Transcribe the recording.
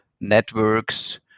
networks